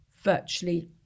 virtually